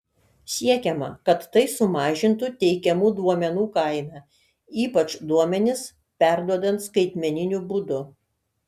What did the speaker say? siekiama kad tai sumažintų teikiamų duomenų kainą ypač duomenis perduodant skaitmeniniu būdu